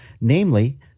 namely